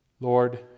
Lord